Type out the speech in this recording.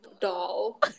doll